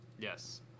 Yes